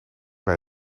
bij